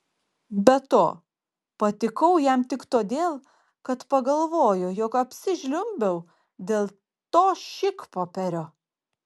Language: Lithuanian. be to patikau jam tik todėl kad pagalvojo jog apsižliumbiau dėl to šikpopierio